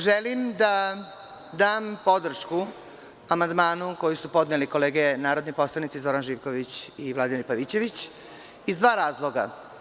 Želim da dam podršku amandmanu koji su podneli kolege narodni poslanici Zoran Živković i Vladimir Pavićević, iz dva razloga.